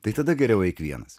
tai tada geriau eik vienas